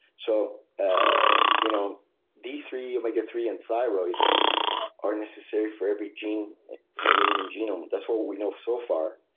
so ah you know d three, omega three and thyroid are necessary for every gene in the human genome that's what what we know so far.